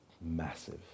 massive